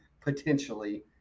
potentially